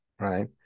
Right